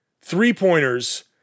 three-pointers